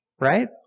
right